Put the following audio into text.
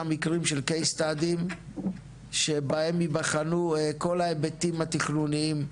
מקרים של case study שבהם ייבחנו כל ההיבטים התכנונים,